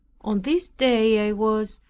on this day i was,